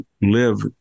live